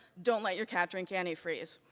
don't let your cat drink antifreeze.